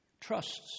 trusts